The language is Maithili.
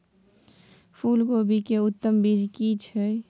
फूलकोबी के उत्तम बीज की छै?